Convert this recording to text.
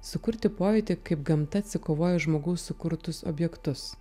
sukurti pojūtį kaip gamta atsikovoja žmogaus sukurtus objektus